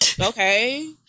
Okay